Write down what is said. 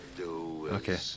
Okay